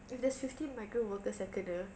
if there's fifteen migrant worker yang kena